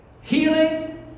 healing